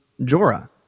Jorah